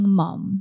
mom